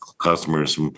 customers